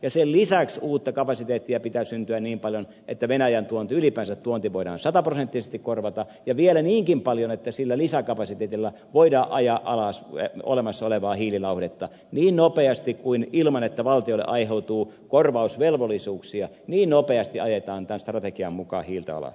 sen lisäksi uutta kapasiteettia pitää syntyä niin paljon että venäjän tuonti ylipäänsä tuonti voidaan sataprosenttisesti korvata ja vielä niinkin paljon että sillä lisäkapasiteetilla voidaan ajaa alas olemassa olevaa hiililauhdetta hyvin nopeasti ilman että valtiolle aiheutuu korvausvelvollisuuksia hyvin nopeasti ajetaan tämän strategian mukaan hiiltä alas